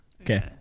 okay